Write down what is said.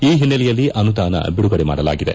ಈ ಓನ್ನೆಲೆಯಲ್ಲಿ ಅನುದಾನ ವಿಡುಗಡೆ ಮಾಡಲಾಗಿದೆ